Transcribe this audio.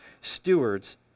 stewards